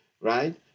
right